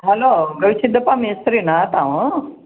hello Gavisiddappa ಮೇಸ್ತ್ರಿಯಾ ತಾವು